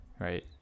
right